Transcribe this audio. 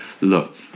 Look